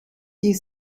die